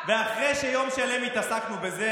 ואחרי שיום שלם התעסקנו בזה,